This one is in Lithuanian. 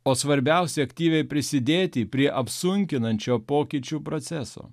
o svarbiausia aktyviai prisidėti prie apsunkinančio pokyčių proceso